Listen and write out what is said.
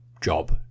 Job